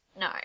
No